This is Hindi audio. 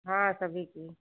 हाँ सभी की